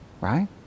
right